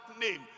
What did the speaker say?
name